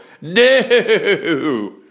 No